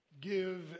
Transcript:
give